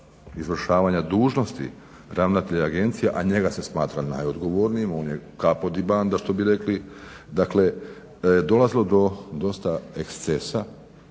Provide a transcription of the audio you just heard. izvršavanja dužnosti ravnatelja agencije a njega se smatra najodgovornijim, on je kaput di banda što bi rekli, dakle dolazilo do dosta ekscesa,